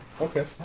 Okay